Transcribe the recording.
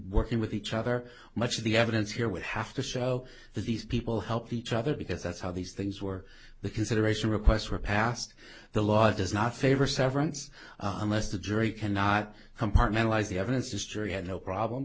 working with each other much of the evidence here would have to show that these people help each other because that's how these things were the consideration requests were passed the law does not favor severance unless the jury cannot compartmentalise the evidence is jury had no problem